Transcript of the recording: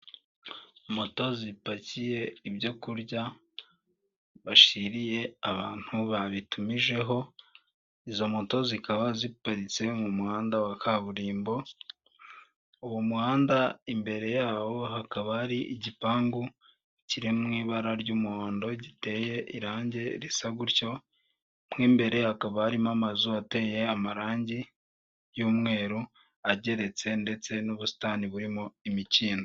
Moto zipakiye ibyo kurya bashyiriye abantu babitumijeho, izo moto zikaba ziparitse mu muhanda wa kaburimbo, uwo muhanda imbere yawo hakaba hari igipangu kiri mu ibara ry'umuhondo giteye irange risa gutyo, mo imbere hakaba harimo amazu ateye amarange y'umweru ageretse ndetse n'ubusitani burimo imikindo.